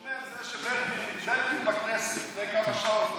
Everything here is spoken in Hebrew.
הוא אומר שזה שבן גביר, בכנסת, לפני כמה שעות.